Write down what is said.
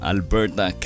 Alberta